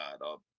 god